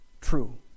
true